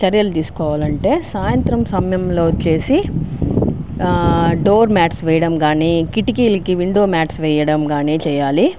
చర్యలు తీసుకోవాలి అంటే సాయంత్రం సమయంలో వచ్చేసి డోర్ మ్యాట్స్ వేయడం కానీ కిటికీలకీ విండో మ్యాట్స్ వేయడం కానీ చేయాలి